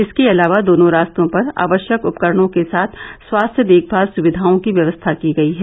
इसके अलावा दोनों रास्तों पर आवश्यक उपकरणों के साथ स्वास्थ्य देखभाल सुविधाओं की व्यवस्था की गई है